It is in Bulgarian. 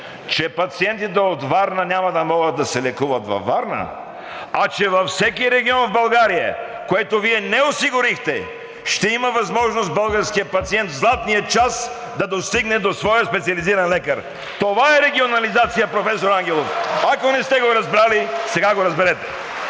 че пациентите от Варна няма да могат да се лекуват във Варна, а че във всеки регион в България, което Вие не осигурихте, ще има възможност българският пациент в златния час да достигне до своя специализиран лекар. Това е регионализация, професор Ангелов! Ако не сте го разбрали, сега го разберете!